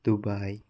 Dubai